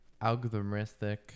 algorithmic